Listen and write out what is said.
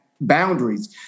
boundaries